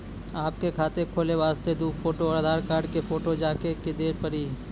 आपके खाते खोले वास्ते दु फोटो और आधार कार्ड के फोटो आजे के देल पड़ी?